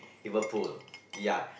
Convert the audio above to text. Liverpool ya